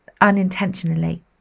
unintentionally